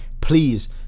please